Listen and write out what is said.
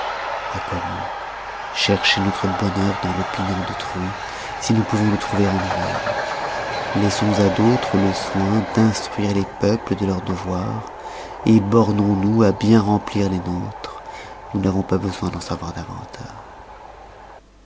à quoi bon chercher notre bonheur dans l'opinion d'autrui si nous pouvons le trouver en nous-mêmes laissons à d'autres le soin d'instruire les peuples de leurs devoirs bornons-nous à bien remplir les nôtres nous n'avons pas besoin d'en savoir davantage